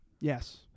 Yes